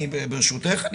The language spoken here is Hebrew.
ברשותך,